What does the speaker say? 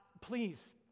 please